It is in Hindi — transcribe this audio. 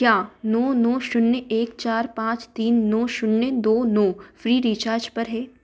क्या नौ नौ शून्य एक चार पाँच तीन नौ शून्य दो नौ फ़्री रीचार्ज पर है